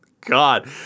God